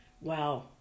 Wow